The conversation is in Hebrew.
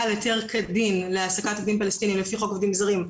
בעל היתר כדין להעסקת עובדים פלסטינים לפי חוק עובדים זרים,